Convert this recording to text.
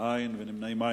אין מתנגדים ואין נמנעים.